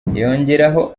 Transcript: yongeraho